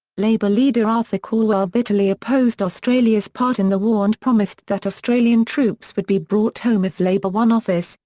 labor leader arthur calwell bitterly opposed australia's part in the war and promised that australian troops would be brought home if labor won office,